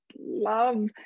love